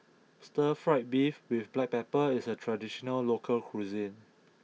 Stir Fried Beef with black pepper is a traditional local cuisine